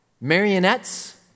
Marionettes